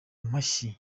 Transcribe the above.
amashyi